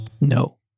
No